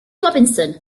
robinson